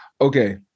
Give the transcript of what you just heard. Okay